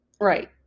Right